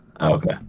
Okay